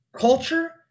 culture